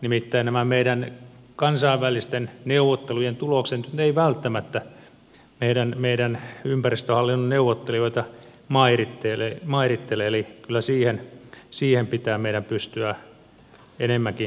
nimittäin nämä meidän kansainvälisten neuvottelujen tulokset eivät välttämättä meidän ympäristöhallinnon neuvottelijoita mairittele eli kyllä siihen pitää meidän pystyä enemmänkin panostamaan